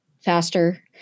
faster